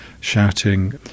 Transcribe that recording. shouting